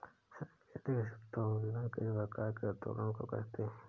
सांकेतिक उत्तोलन किस प्रकार के उत्तोलन को कहते हैं?